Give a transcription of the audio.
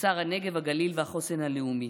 לשר הנגב, הגליל והחוסן הלאומי.